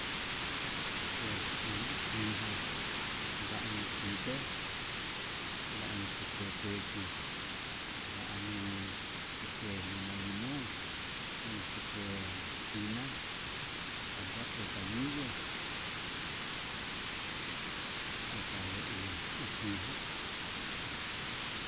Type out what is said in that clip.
xie kuiján ndanchite, ndan tuu kue kuechi, ndan tukue lima limón, ndan tu kue china'a kuenta platanillo yuu kaye uu kuiján.